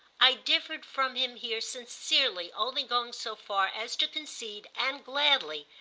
i differed from him here sincerely, only going so far as to concede, and gladly,